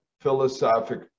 philosophic